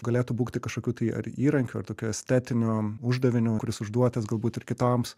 galėtų būti kažkokių tai ar įrankių ar tokio estetinio uždavinio kuris užduotas galbūt ir kitoms